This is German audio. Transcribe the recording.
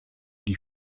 die